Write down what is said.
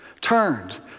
turned